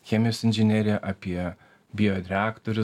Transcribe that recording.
chemijos inžinerija apie bioreaktorius